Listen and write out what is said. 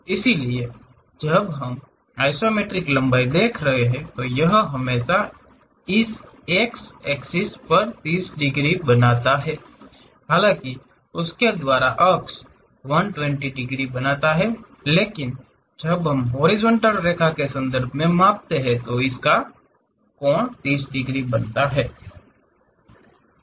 इसलिए जब हम आइसोमेट्रिक लंबाई देख रहे हैं तो यह हमेशा इस एक्स एक्सिस पर 30 डिग्री पर बनाता है हालांकि उसके द्वारा अक्ष 120 डिग्री बनाते हैं लेकिन जब हम हॉरिजॉन्टल रेखा के संबंध में मापते हैं तो यह 30 डिग्री बनाता है